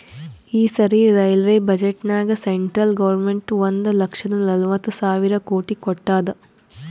ಈ ಸರಿ ರೈಲ್ವೆ ಬಜೆಟ್ನಾಗ್ ಸೆಂಟ್ರಲ್ ಗೌರ್ಮೆಂಟ್ ಒಂದ್ ಲಕ್ಷದ ನಲ್ವತ್ ಸಾವಿರ ಕೋಟಿ ಕೊಟ್ಟಾದ್